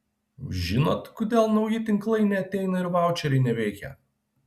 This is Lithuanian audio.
žinot kodėl nauji tinklai neateina ir vaučeriai neveikia